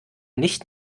nicht